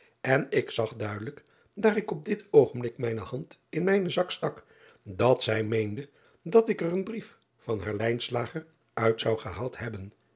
en ik zag duidelijk daar ik op dit oogenblik mijne hand in mijnen zak stak dat zij meende dat ik er een brief van haar uit zou gehaald hebben